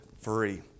free